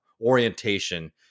orientation